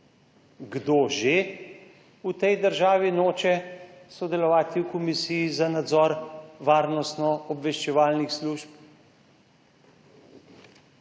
Kdo že v tej državi noče sodelovati v Komisiji za nadzor varnostno obveščevalnih služb?